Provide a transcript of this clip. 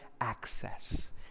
access